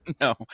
no